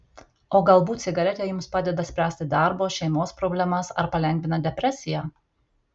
o galbūt cigaretė jums padeda spręsti darbo šeimos problemas ar palengvina depresiją